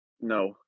no